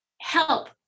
help